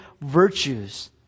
virtues